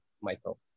Michael